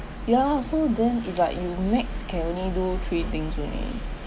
ya lah so then is like you max can only do three things only